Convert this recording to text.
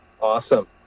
Awesome